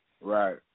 Right